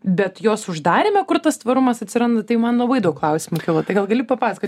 bet jos uždaryme kur tas tvarumas atsiranda tai man labai daug klausimų kilo tai gal gali papasakot